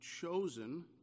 chosen